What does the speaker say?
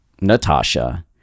Natasha